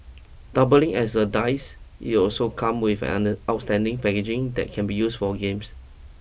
doubling as a dice it also come with an outstanding packaging that can be used for games